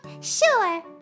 Sure